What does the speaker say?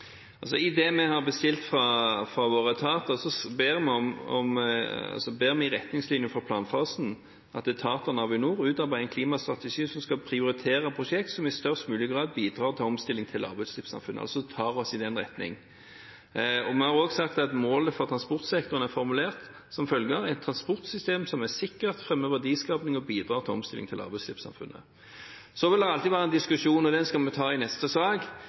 I det vi har bestilt fra våre etater, ber vi om retningslinjer for planfasen, at etatene og Avinor utarbeider en klimastrategi som skal prioritere prosjekter som i størst mulig grad bidrar til omstilling til lavutslippssamfunnet, altså tar oss i den retning. Vi har også sagt at målet for transportsektoren er formulert som følger: «Et transportsystem som er sikkert, fremmer verdiskapning og bidrar til omstilling til lavutslippssamfunnet». Så vil det alltid være en diskusjon – og den skal vi ta i neste sak